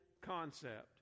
concept